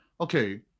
okay